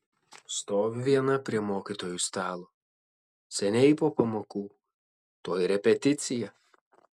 stoviu viena prie mokytojų stalo seniai po pamokų tuoj repeticija